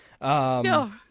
no